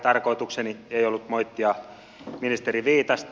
tarkoitukseni ei ollut moittia ministeri viitasta